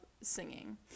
singing